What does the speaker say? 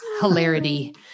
hilarity